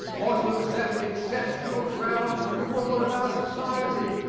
or to accept exceptional grounds as the rule of our society.